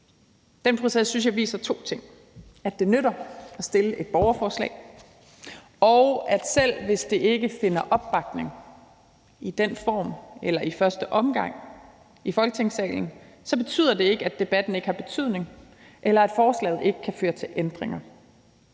Den proces synes jeg viser to ting: at det nytter noget at stille et borgerforslag, og at selv hvis det ikke finder opbakning i første omgang i Folketingssalen, betyder det ikke, at debatten ikke har betydning, eller at forslaget ikke kan føre til ændringer.